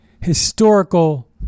historical